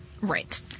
Right